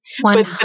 One